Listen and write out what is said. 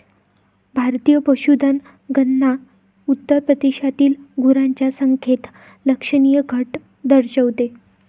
भारतीय पशुधन गणना उत्तर प्रदेशातील गुरांच्या संख्येत लक्षणीय घट दर्शवते